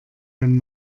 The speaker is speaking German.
wenn